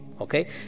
Okay